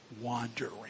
wandering